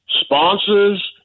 sponsors